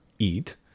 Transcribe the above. eat